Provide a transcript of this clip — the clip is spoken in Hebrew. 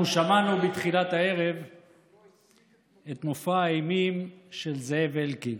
שמענו בתחילת הערב את מופע האימים של זאב אלקין,